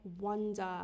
wonder